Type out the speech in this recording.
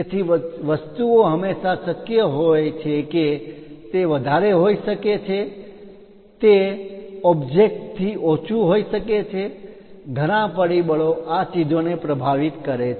તેથી વસ્તુઓ હંમેશાં શક્ય હોય છે કે તે વધારે હોઈ શકે છે તે તે ઓબ્જેક્ટ થી ઓછુ હોઈ શકે છે ઘણા પરિબળો આ ચીજોને પ્રભાવિત કરે છે